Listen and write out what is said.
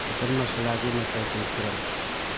chicken ꯃꯁꯥꯂꯥꯒꯤ ꯃꯆꯜꯁꯤꯡ ꯊꯤꯔꯛꯎ